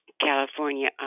California